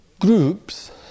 groups